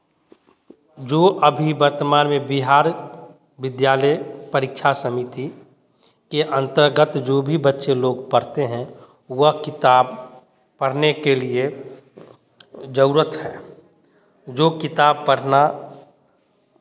जो अभी वर्तमान में बिहार विद्यालय परीक्षा समिति के अंतर्गत जो भी बच्चे लोग पढ़ते हैं वह किताब पढ़ने के लिए ज़रूरत है जो किताब पढ़ना